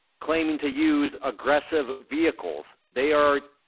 claiming to use aggressive vehicles. they are,